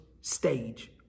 stage